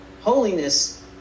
Holiness